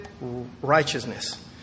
righteousness